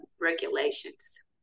regulations